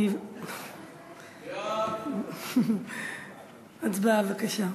הצבעה, בבקשה.